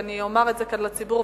ואני אומר את זה כאן לציבור,